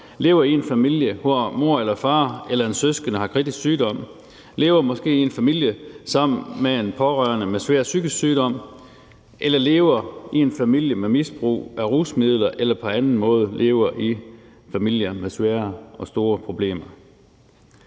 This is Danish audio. lever i en familie, hvor mor eller far eller en søskende har kritisk sygdom, måske lever i en familie sammen med en pårørende med svær psykisk sygdom eller lever i en familie med misbrug af rusmidler eller på anden måde lever i en familie med svære og store problemer.